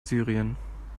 syrien